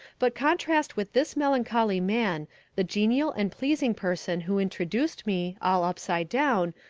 but contrast with this melancholy man the genial and pleasing person who introduced me, all upside down,